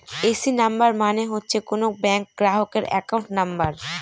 AC number মানে হচ্ছে কোনো ব্যাঙ্ক গ্রাহকের একাউন্ট নাম্বার